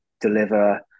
deliver